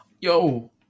Yo